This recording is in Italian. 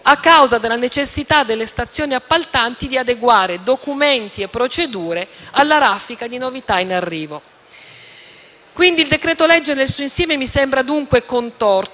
a causa della necessità delle stazioni appaltanti di adeguare documenti e procedure alla raffica di novità in arrivo. Il decreto-legge nel suo insieme mi sembra, dunque, contorto